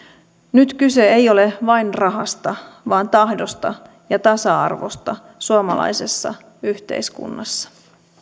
nyt kyse ei ole vain rahasta vaan tahdosta ja tasa arvosta suomalaisessa yhteiskunnassa